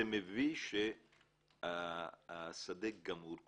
זה מביש שהשדה גמור כולו,